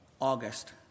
August